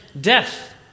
death